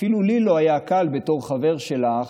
אפילו לי לא היה קל בתור חבר שלך.